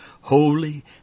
holy